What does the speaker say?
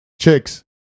chicks